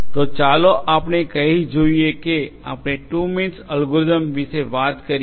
તો ચાલો આપણે કહી જોઈએ કે આપણે 2 mean algorithmટૂ મીન્સ એલ્ગોરિધમ વિશે વાત કરીએ